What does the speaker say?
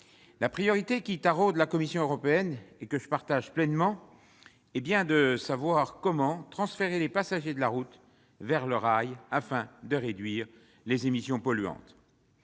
la priorité qui taraude la Commission européenne, et à laquelle je souscris pleinement, est bien de savoir comment transférer les passagers de la route vers le rail afin de réduire les émissions polluantes.